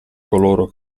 coloro